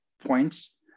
points